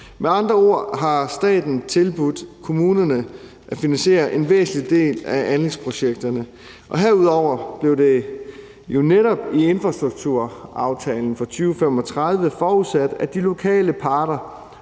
Med andre ord har staten tilbudt kommunerne at finansiere en væsentlig del af anlægsprojekterne, og herudover blev det jo netop i infrastrukturaftalen for 2035 forudsat, at de lokale parter,